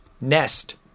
Nest